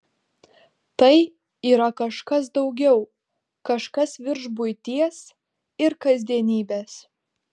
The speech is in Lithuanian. tai yra kažkas daugiau kažkas virš buities ir kasdienybės